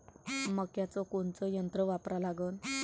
मक्याचं कोनचं यंत्र वापरा लागन?